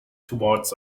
towards